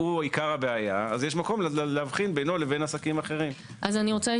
לקבל נתונים מהקמעונאים הגדולים לגבי כמה